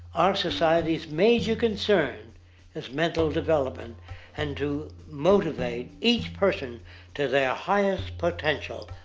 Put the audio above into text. our society's major concern is mental development and to motivate each person to their highest potential.